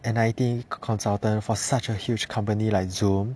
an I_T consultant for such a huge company like Zoom